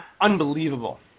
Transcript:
unbelievable